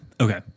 Okay